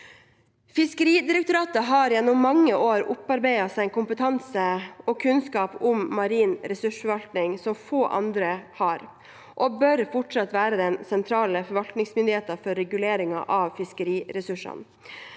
Fiskeridirektoratet har gjennom mange år opparbeidet seg kompetanse og kunnskap om marin ressursforvaltning som få andre har, og de bør fortsatt være den sentrale forvaltningsmyndigheten for regulering av fiskeriressursene.